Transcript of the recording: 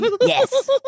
Yes